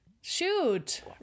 shoot